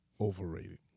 overrated